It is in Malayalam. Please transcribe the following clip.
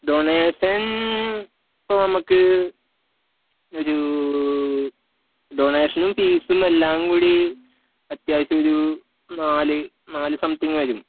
ഡൊണേഷൻ ഇപ്പോൾ നമുക്ക് ഒരു ഡോണേഷനും ഫീസും എല്ലാം കൂടി അത്യാവശ്യം ഒരു നാല് നാല് സംതിങ്ങ് വരും